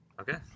Okay